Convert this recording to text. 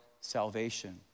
salvation